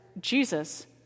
Jesus